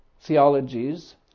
theologies